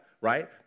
right